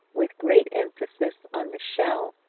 with great emphasis on the shall.